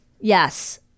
Yes